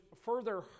further